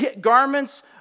garments